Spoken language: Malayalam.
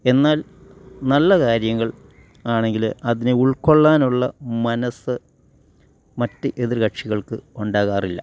എന്നാൽ നല്ല കാര്യങ്ങൾ ആണെങ്കിൽ അതിനെ ഉൾകൊള്ളാനുള്ള മനസ്സ് മറ്റ് എതിർ കക്ഷികൾക്ക് ഉണ്ടാകാറില്ല